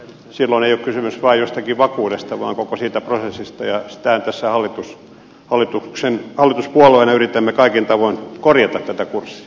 silloin ei ole kysymys vain jostakin vakuudesta vaan koko siitä prosessista ja sitähän tässä hallituspuolueina yritämme kaikin tavoin korjata tätä kurssia